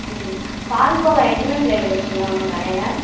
ம் பால்கோவா எத்தனை ஃபிளேவர்ஸுங்க உங்கள் கடையில்